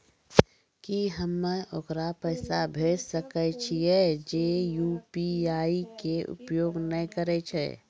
की हम्मय ओकरा पैसा भेजै सकय छियै जे यु.पी.आई के उपयोग नए करे छै?